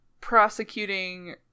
prosecuting